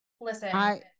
Listen